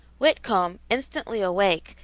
whitcomb, instantly awake,